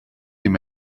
him